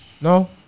No